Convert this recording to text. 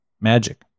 magic